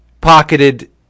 pocketed